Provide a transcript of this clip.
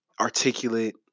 articulate